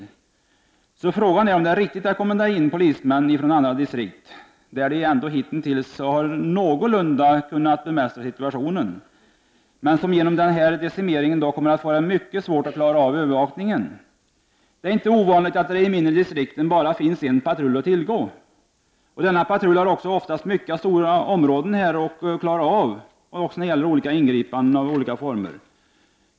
Frågan är därför om det är riktigt att kommendera in polismän ifrån andra distrikt, som ändå hitintills någorlunda har kunnat bemästra situationen, men som genom denna decimering kommer att få det mycket svårt att klara övervakningen. Det är inte ovanligt att det i de mindre distrikten finns bara en patrull att tillgå. Denna patrull har också oftast mycket stora områden att klara av olika ingripanden i.